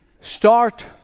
start